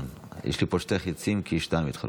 יש לי פה שני חיצים, כי שניים התחלפו.